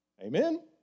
Amen